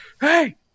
Hey